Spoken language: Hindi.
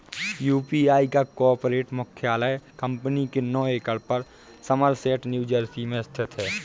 यू.पी.आई का कॉर्पोरेट मुख्यालय कंपनी के नौ एकड़ पर समरसेट न्यू जर्सी में स्थित है